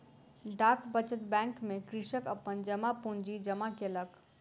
डाक बचत बैंक में कृषक अपन जमा पूंजी जमा केलक